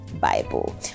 Bible